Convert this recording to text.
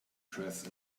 press